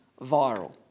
viral